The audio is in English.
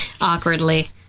awkwardly